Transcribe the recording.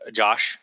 josh